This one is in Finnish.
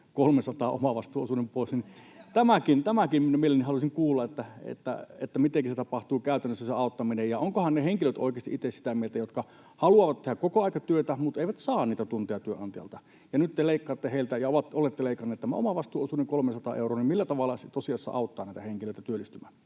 omavastuuosuuden pois. Tämänkin minä mielelläni haluaisin kuulla, että mitenkä se tapahtuu käytännössä se auttaminen ja ovatkohan ne henkilöt oikeasti itse samaa mieltä, jotka haluavat tehdä kokoaikatyötä mutta eivät saa niitä tunteja työnantajalta ja joilta te nyt leikkaatte ja olette leikanneet tämän omavastuuosuuden 300 euroa — millä tavalla se tosiasiassa auttaa näitä henkilöitä työllistymään?